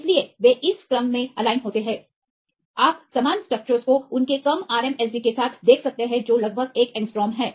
इसलिए वे इस क्रम मे एलाइन होते हैं आप समान स्ट्रक्चर्स को उनके कम RMSD के साथ देख सकते हैं जो लगभग एक एंगस्ट्रॉम है